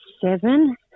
seven